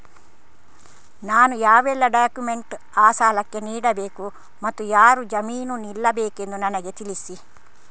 ನಾನು ಯಾವೆಲ್ಲ ಡಾಕ್ಯುಮೆಂಟ್ ಆ ಸಾಲಕ್ಕೆ ನೀಡಬೇಕು ಮತ್ತು ಯಾರು ಜಾಮೀನು ನಿಲ್ಲಬೇಕೆಂದು ನನಗೆ ತಿಳಿಸಿ?